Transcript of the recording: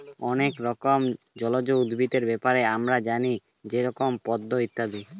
অনেক রকমের জলজ উদ্ভিদের ব্যাপারে আমরা জানি যেমন পদ্ম ইত্যাদি